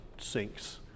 sinks